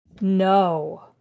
No